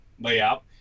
layout